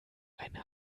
eine